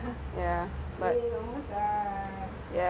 thirty seconds oh